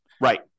Right